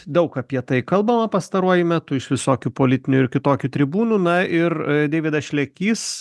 daug apie tai kalbama pastaruoju metu iš visokių politinių ir kitokių tribūnų na ir deividas šlekys